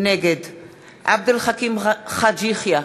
נגד עבד אל חכים חאג' יחיא,